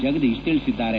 ಜಗದೀಶ್ ತಿಳಿಸಿದ್ದಾರೆ